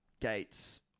gates